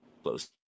close